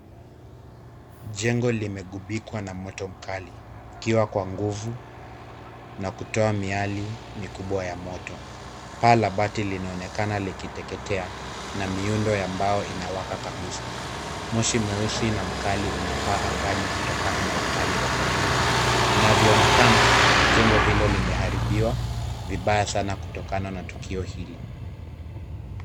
Jengo limegubikwa na moto mkali, ikiwa kwa nguvu, na kutoa miali mikubwa ya moto. Paa la bati linaonekana likiteketea, na miundo ya mbao inawaka kabisa. Moshi mweusi na mkali unapaa angani kutokana na ukali wa moto. Inavyoonekana, jengo hilo limeharibiwa, vibaya sana kutokana na tukio hili.